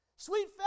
Sweet